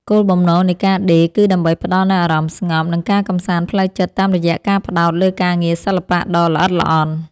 គោលបំណងនៃការដេរគឺដើម្បីផ្ដល់នូវអារម្មណ៍ស្ងប់ និងការកម្សាន្តផ្លូវចិត្តតាមរយៈការផ្ដោតលើការងារសិល្បៈដ៏ល្អិតល្អន់។